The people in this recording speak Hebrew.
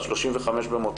בת 35 במותה,